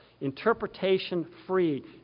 interpretation-free